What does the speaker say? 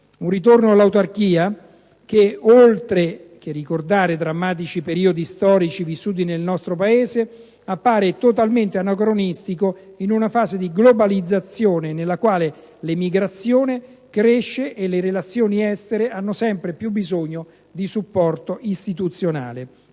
un ritorno all'autarchia che, oltre a ricordare drammatici periodi storici vissuti dal nostro Paese, appare totalmente anacronistico in una fase di globalizzazione nella quale l'emigrazione cresce e le relazioni estere hanno sempre più bisogno di supporto istituzionale.